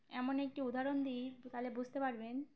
এমন একটি উদাহরণ দিই তাহলে বুঝতে পারবেন